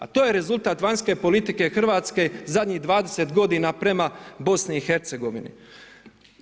A to je rezultat vanjske politike Hrvatske zadnjih 20 godina prema BiH-a.